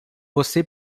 você